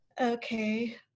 okay